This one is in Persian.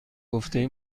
گفتی